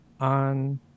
on